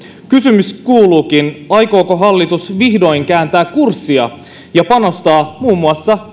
kysymys kuuluukin aikooko hallitus vihdoin kääntää kurssia ja panostaa kehysriihessä muun muassa